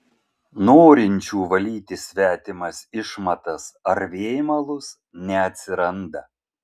norinčių valyti svetimas išmatas ar vėmalus neatsiranda